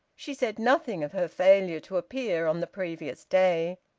she said nothing of her failure to appear on the previous day,